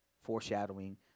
foreshadowing